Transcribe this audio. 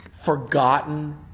forgotten